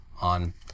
on